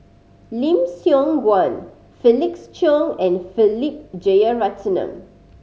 Lim Siong Guan Felix Cheong and Philip Jeyaretnam